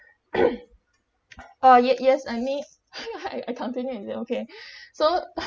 oh yet yes I mean I I continue is that okay so